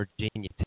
Virginia